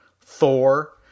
Thor